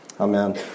Amen